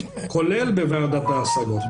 כולל בוועדת ההשגות.